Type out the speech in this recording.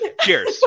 Cheers